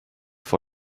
for